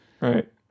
Right